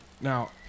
Now